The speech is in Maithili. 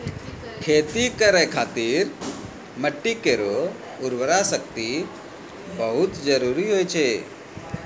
खेती करै खातिर मिट्टी केरो उर्वरा शक्ति बहुत जरूरी होय छै